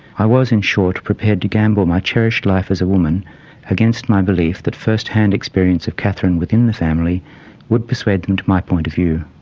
i was, in short, prepared to gamble my cherished life as a woman against my belief that first-hand experience of katherine within the family would persuade them to my point of view,